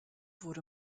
wurde